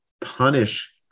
punish